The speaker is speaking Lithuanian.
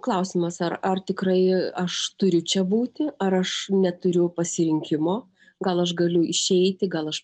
klausimas ar ar tikrai aš turiu čia būti ar aš neturiu pasirinkimo gal aš galiu išeiti gal aš